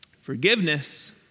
forgiveness